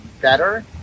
better